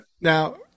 now